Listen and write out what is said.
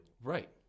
Right